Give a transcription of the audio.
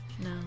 No